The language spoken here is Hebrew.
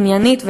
עניינית,